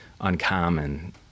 uncommon